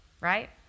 right